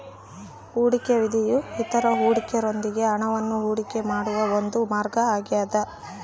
ಹೂಡಿಕೆಯ ನಿಧಿಯು ಇತರ ಹೂಡಿಕೆದಾರರೊಂದಿಗೆ ಹಣವನ್ನು ಹೂಡಿಕೆ ಮಾಡುವ ಒಂದು ಮಾರ್ಗ ಆಗ್ಯದ